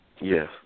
Yes